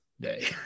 day